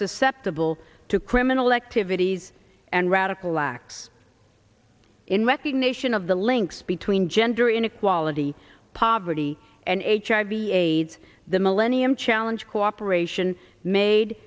susceptible to criminal activities and radical lacks in recognition of the links between gender inequality poverty and hiv aids the millennium challenge cooperation made